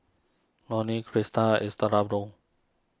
Loney Crista